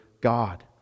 God